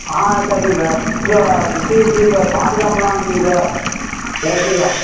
ஆ சரிங்க சார் சு சுற்றி எப்படி வ பாதுகாப்பெலாம் எப்படிங்க சார் சேஃப்ட்டியெல்லாம்